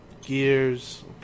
Gears